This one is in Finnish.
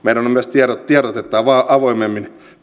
myös tiedotettava avoimemmin